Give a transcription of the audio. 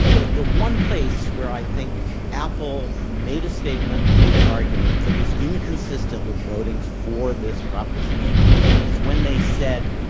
the the one place where i think apple made a statement, made an argument that is inconsistent with voting for this proposition is when they said,